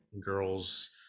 girls